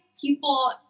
people